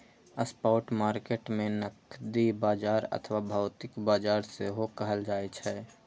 spot market कें नकदी बाजार अथवा भौतिक बाजार सेहो कहल जाइ छै